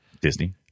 Disney